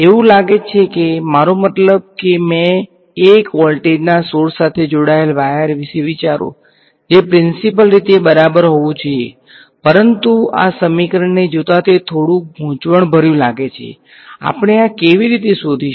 એવું લાગે છે કે મારો મતલબ કે મેં 1 વોલ્ટના સોર્સ સાથે જોડાયેલા વાયર વિશે વિચારો જે પ્રીંસીપલ રીતે બરાબર હોવું જોઈએ પરંતુ આ સમીકરણને જોતા તે થોડું ગૂંચવણભર્યું લાગે છે આપણે આ કેવી રીતે શોધીશું